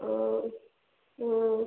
ஓ ம்